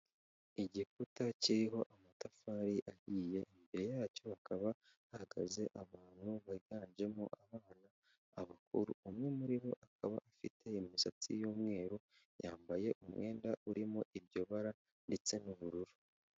Igikuta kiriho amatafari ahiye imbere yacyo hakaba hagaze abantu biganjemo abana, abakuru, umwe muri bo akaba afite imisatsi y'umweru yambaye umwenda urimo iryo bara ndetse n'ubururu.